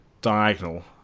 diagonal